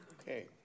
Okay